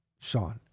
Sean